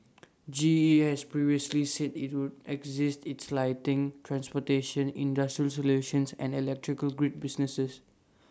G E has previously said IT would exit its lighting transportation industrial solutions and electrical grid businesses